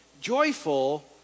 joyful